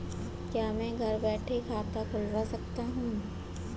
क्या मैं घर बैठे खाता खुलवा सकता हूँ?